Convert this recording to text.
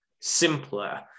simpler